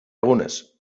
egunez